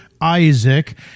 Isaac